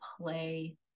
play